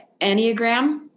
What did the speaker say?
Enneagram